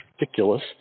ridiculous